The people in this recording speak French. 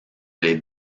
les